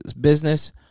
business